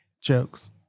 jokes